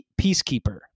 peacekeeper